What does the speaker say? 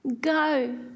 go